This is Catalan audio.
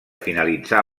finalitzar